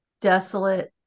desolate